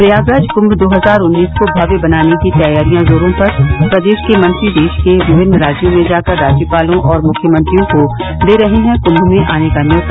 प्रयागराज कुंभ दो हजार उन्नीस को भव्य बनाने की तैयारियां जोरों पर प्रदेश के मंत्री देश के विभिन्न राज्यों में जाकर राज्यपालों और मुख्यमंत्रियों को दे रहे हैं कुंभ में आने का न्यौता